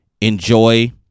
enjoy